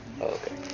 Okay